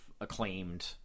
acclaimed